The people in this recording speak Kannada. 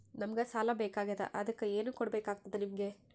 ನಮಗ ಸಾಲ ಬೇಕಾಗ್ಯದ ಅದಕ್ಕ ಏನು ಕೊಡಬೇಕಾಗ್ತದ ನಿಮಗೆ?